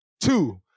two